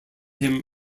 him